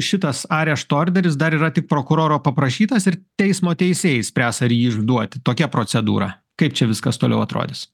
šitas arešto orderis dar yra tik prokuroro paprašytas ir teismo teisėjai spręs ar jį išduoti tokia procedūra kaip čia viskas toliau atrodys